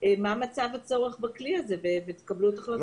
מה המצב בצורך בכלי הזה ותקבלו את החלטתכם.